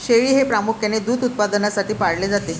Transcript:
शेळी हे प्रामुख्याने दूध उत्पादनासाठी पाळले जाते